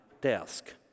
desk